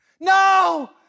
No